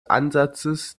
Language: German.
ansatzes